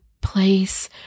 place